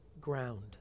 ground